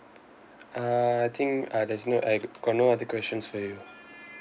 I think uh there's no I've got no other questions for you